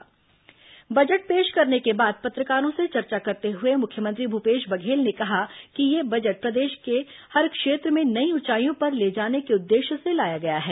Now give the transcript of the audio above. budget प्रतिक्रिया budget पेश करने के बाद पत्रकारों से चर्चा करते हुए मुख्यमंत्री भूपेश बघेल ने कहा कि यह बजट प्रदेश को हर क्षेत्र में नई ऊचाइंयों पर ले जाने के उद्देश्य से लाया गया है